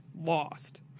lost